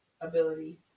ability